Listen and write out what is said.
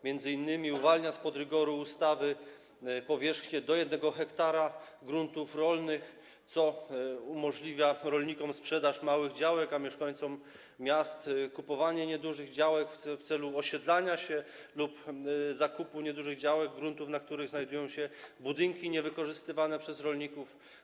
Między innymi uwalnia się spod rygoru ustawy powierzchnię do 1 ha gruntów rolnych, co umożliwia rolnikom sprzedaż małych działek, a mieszkańcom miast - kupowanie niedużych działek w celu osiedlania się lub zakup niedużych działek, gruntów, na których znajdują się budynki niewykorzystywane przez rolników.